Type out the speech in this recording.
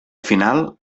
final